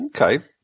Okay